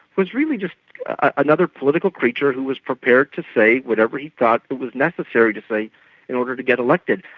was really just another political creature who was prepared to say whatever he thought it but was necessary to say in order to get elected.